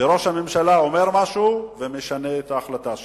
שראש הממשלה אומר משהו ומשנה את ההחלטה שלו.